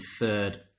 third